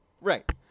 Right